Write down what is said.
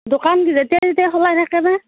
দোকান যেতিয়াই তেতিয়াই খোলাই থাকেনে